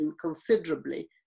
considerably